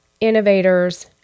innovators